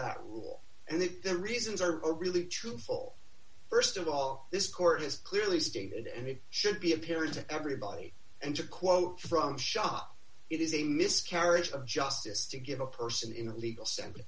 that rule and the reasons are really truthful st of all this court has clearly stated and it should be apparent to everybody and to quote from shot it is a miscarriage of justice to give a person in a legal sense